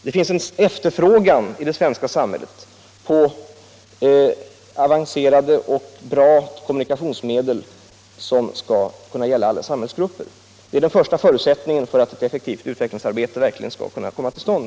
Det finns en efterfrågan i det svenska samhället på avancerade och bra kommunikationsmedel som skall kunna användas av alla samhällsgrupper. Detta är naturligtvis den första förutsättningen för att ett effektivt utvecklingsarbete skall kunna komma till stånd.